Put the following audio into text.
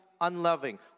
unloving